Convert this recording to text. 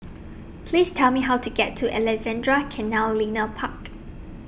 Please Tell Me How to get to Alexandra Canal Linear Park